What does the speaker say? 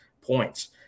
points